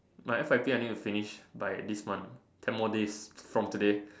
my F_Y_P I need to finish by this month ten more days from today